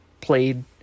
played